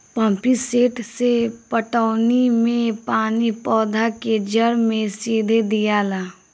pump set से पटौनी मे पानी पौधा के जड़ मे सीधे दियाला